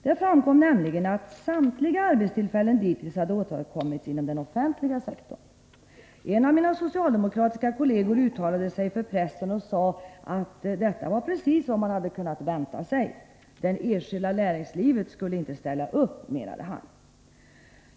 Det framkom nämligen att samtliga arbetstillfällen dittills hade åstadkommits inom den offentliga sektorn. En av mina socialdemokratiska kolleger uttalade sig för pressen och sade att detta var precis vad man hade kunnat vänta sig. Det enskilda näringslivet skulle inte ställa upp, menade han.